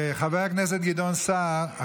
חבר הכנסת גדעון סער,